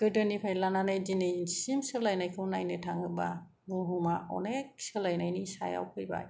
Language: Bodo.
गोदोनिफ्राय लानानै दिनैसिम सोलायनायखौ नायनो थाङोबा बुहुमा अनेख सोलायनायनि सायाव फैबाय